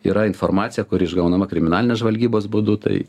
yra informacija kuri išgaunama kriminalinės žvalgybos būdu tai